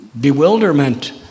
bewilderment